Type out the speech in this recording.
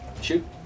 Shoot